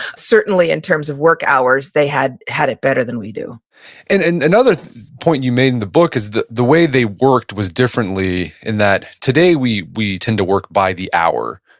certainly in terms of work hours, they had had it better than we do and and another point you made in the book is the the way they worked was differently in that today we we tend to work by the hour,